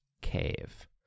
cave